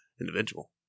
individual